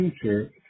future